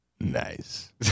Nice